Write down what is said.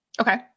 Okay